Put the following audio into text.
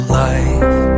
life